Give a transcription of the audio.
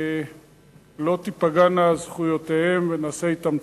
שלא תיפגענה זכויותיהן ונעשה אתן צדק.